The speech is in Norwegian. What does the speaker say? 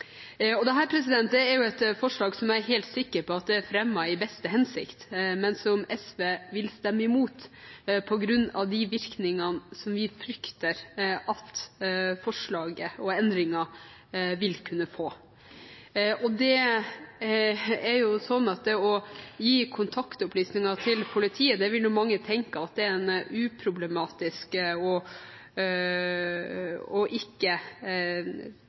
er jo et forslag som jeg er helt sikker på at er fremmet i beste hensikt, men som SV vil stemme imot, på grunn av de virkningene vi frykter at forslaget og endringen vil kunne få. Det å gi kontaktopplysninger til politiet vil mange tenke er uproblematisk at ulike instanser gjør. Men som saksordføreren veldig godt redegjorde for, er det ikke